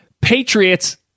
Patriots